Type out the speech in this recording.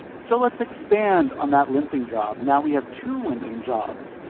so let's expand on that linting job. now we have two linting jobs.